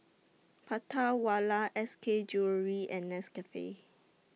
Prata Wala S K Jewellery and Nescafe